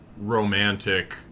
romantic